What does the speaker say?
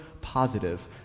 positive